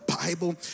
Bible